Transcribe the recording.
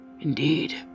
indeed